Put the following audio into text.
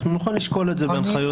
אנחנו נוכל לשקול את זה בהנחיות.